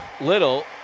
little